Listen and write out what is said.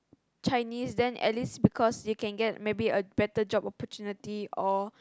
Chinese then at least because you can get maybe a better job opportunity or